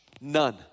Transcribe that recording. None